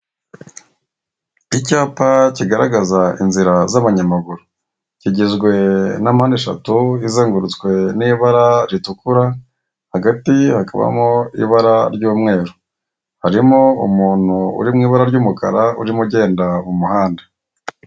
Icyapa kigaragaza inzira z'abanyamaguru. Kigizwe na mpande eshatu izengurutswe n'ibara ritukura, hagati hakabamo ibara ry'umweru. Harimo umuntu uri mu ibara ry'umukara urimo ugenda mu muhanda.